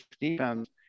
defense